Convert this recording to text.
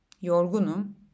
Yorgunum